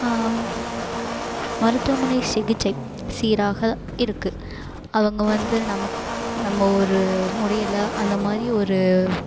மருத்துவமனை சிகிச்சை சீராக இருக்குது அவங்க வந்து நமக்கு நம்ம ஒரு முடியலை அந்த மாதிரி ஒரு